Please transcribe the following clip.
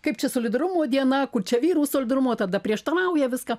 kaip čia solidarumo diena kur čia vyrų solidarumo tada prieštarauja viskam